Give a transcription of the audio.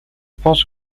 pense